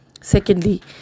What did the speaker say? Secondly